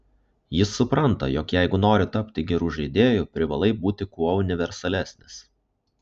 jis supranta jog jeigu nori tapti geru žaidėju privalai būti kuo universalesnis